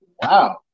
Wow